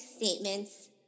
statements